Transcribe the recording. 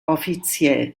offiziell